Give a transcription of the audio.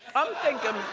i'm thinking.